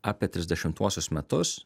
apie trisdešimuosius metus